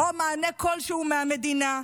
או מענה כלשהו מהמדינה.